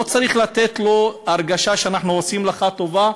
לא צריך לתת לו הרגשה של "אנחנו עושים לך טובה,